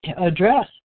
address